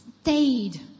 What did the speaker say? stayed